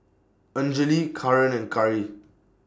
Anjali Kaaren and Karri